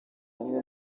hamwe